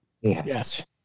Yes